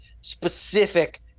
specific